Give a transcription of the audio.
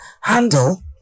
handle